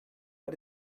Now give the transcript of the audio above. but